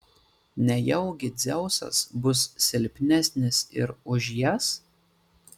nejaugi dzeusas bus silpnesnis ir už jas